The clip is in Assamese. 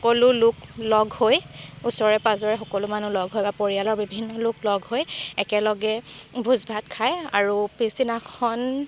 সকলো লোক লগ হৈ ওচৰে পাজৰে সকলো মানুহ লগ হৈ বা পৰিয়ালৰ বিভিন্ন লোক লগ হৈ একেলগে ভোজ ভাত খায় আৰু পিছদিনাখন